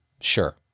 sure